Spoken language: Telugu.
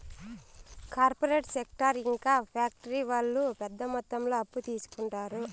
కార్పొరేట్ సెక్టార్ ఇంకా ఫ్యాక్షరీ వాళ్ళు పెద్ద మొత్తంలో అప్పు తీసుకుంటారు